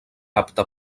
apta